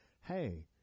hey